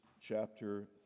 chapter